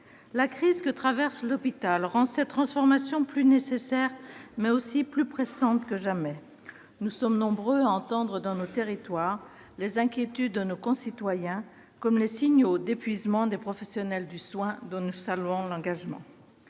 La crise que traverse l'hôpital rend cette transformation plus nécessaire, mais aussi plus pressante que jamais. Nous sommes nombreux à entendre, dans nos territoires, les inquiétudes de nos concitoyens comme les signaux d'épuisement des professionnels du soin, dont nous saluons l'engagement.